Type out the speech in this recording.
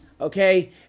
okay